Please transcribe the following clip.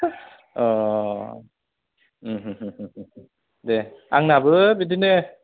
अ दे आंनाबो बिदिनो